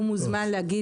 הוא מוזמן להגיב,